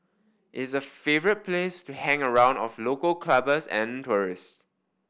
is a favourite place to hang around of local clubbers and tourists